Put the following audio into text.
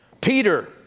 Peter